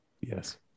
Yes